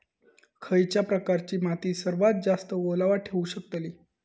खयच्या प्रकारची माती सर्वात जास्त ओलावा ठेवू शकतली?